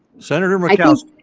senator murkowski.